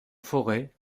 forêt